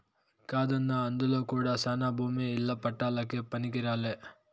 కాదన్నా అందులో కూడా శానా భూమి ఇల్ల పట్టాలకే పనికిరాలే